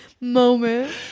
moment